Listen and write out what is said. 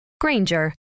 Granger